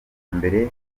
mbere